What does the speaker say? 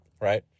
right